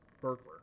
burglar